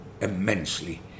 immensely